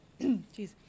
Jeez